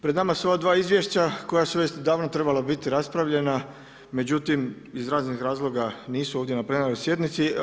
Pred nama su ova dva izvješća koja su već davno trebala biti raspravljena, međutim iz raznih razloga nisu ovdje na plenarnoj sjednici.